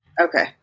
Okay